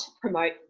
promote